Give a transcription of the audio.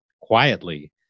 quietly